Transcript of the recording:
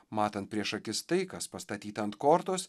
matant prieš akis tai kas pastatyta ant kortos